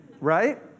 right